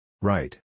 Right